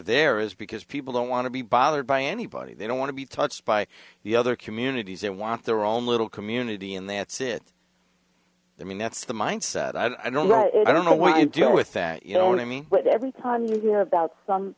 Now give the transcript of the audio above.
there is because people don't want to be bothered by anybody they don't want to be touched by the other communities and want their own little community and that's it i mean that's the mindset i don't know i don't know what to do with that you know what i mean every time you hear about some